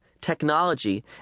Technology